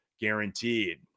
guaranteed